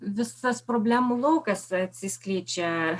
visas problemų laukas atsiskleidžia